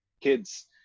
kids